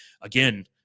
again